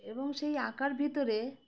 এবং সেই আঁকার ভিতরে